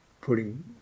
putting